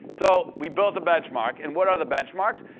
so we built a benchmark, and what are the benchmarks?